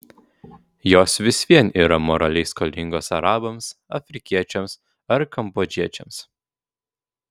jos vis vien yra moraliai skolingos arabams afrikiečiams ar kambodžiečiams